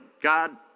God